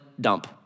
dump